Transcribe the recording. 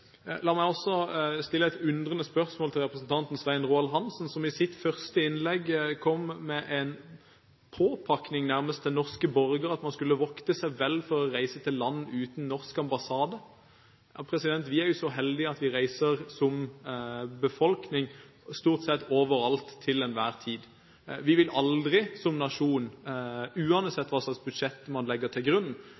La meg stille et undrende spørsmål til representanten Svein Roald Hansen, som i sitt første innlegg kom med en påpakning, nærmest, til norske borgere om at man skulle vokte seg vel for å reise til land uten norsk ambassade. Vi er jo så heldige at vi som befolkning reiser stort sett overalt, til enhver tid. Vi vil aldri som nasjon,